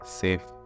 safe